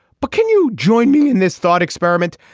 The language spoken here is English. but can you join me in this thought experiment?